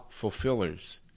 fulfillers